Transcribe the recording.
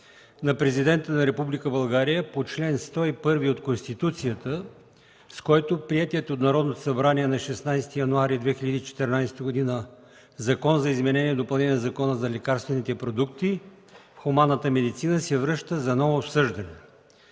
на Република България по чл. 101 от Конституцията, с който приетият от Народното събрание на 16 януари 2014 г. Закон за изменение и допълнение на Закона за лекарствените продукти в хуманната медицина се връща за ново обсъждане.